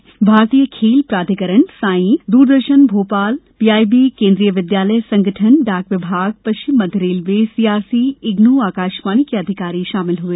कार्यक्रम में भारतीय खेल प्राधिकरण साई द्रदर्शन भोपाल पीआईबी केंद्रीय विद्यालय संगठन डाक विभाग पश्चिम मध्य रेलवे सीआरसी इग्नू आकाशवाणी के अधिकारी शामिल हुए